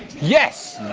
yes!